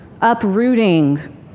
uprooting